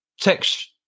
text